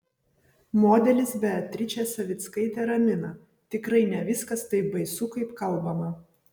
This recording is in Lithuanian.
modelis beatričė savickaitė ramina tikrai ne viskas taip baisu kaip kalbama